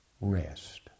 rest